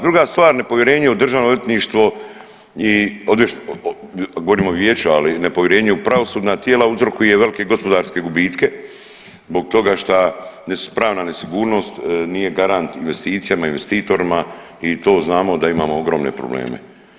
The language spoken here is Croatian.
Druga stvar, nepovjerenje u državno odvjetništvo i govorim o vijeću, ali nepovjerenje u pravosudna tijela uzrokuje velike gospodarske gubitke zbog toga što pravna nesigurnost nije garant investicijama i investitorima i to znamo da imamo ogromne probleme.